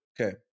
okay